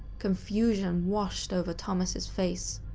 confusion washed over thomas' face.